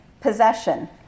possession